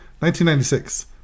1996